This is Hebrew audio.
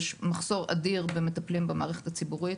יש מחסור אדיר במטפלים במערכת הציבורית,